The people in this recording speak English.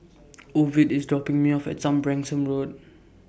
Ovid IS dropping Me off At Some Branksome Road